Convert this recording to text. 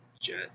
jet